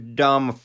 dumb